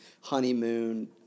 honeymoon